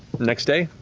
next day,